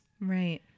Right